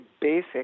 basic